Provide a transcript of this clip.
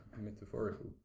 metaphorical